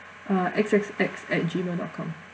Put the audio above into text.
uh X X X at gmail dot com